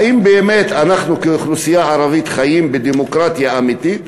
האם באמת אנחנו כאוכלוסייה ערבית חיים בדמוקרטיה אמיתית?